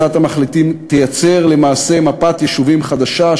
הצעת המחליטים תייצר למעשה מפת יישובים חדשה,